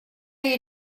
you